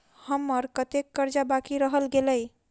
हम्मर कत्तेक कर्जा बाकी रहल गेलइ?